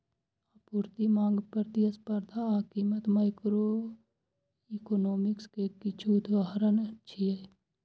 आपूर्ति, मांग, प्रतिस्पर्धा आ कीमत माइक्रोइकोनोमिक्स के किछु उदाहरण छियै